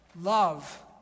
love